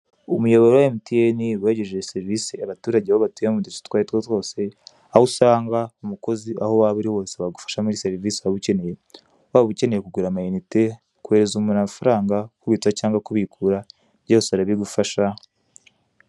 Umuyoboro wa emutiyene wegereje seriviise abaturage aho batuye mu duce utwaritwo twose, aho usanga umukozi aho waba uri hose wagufasha muri serivise waba ukeneye, waba ukeneye kugura amayinite, koherereza umuntu amafaranga, kubitsa cyangwa kubikura byose arabigufasha.